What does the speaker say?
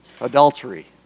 Adultery